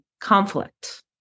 conflict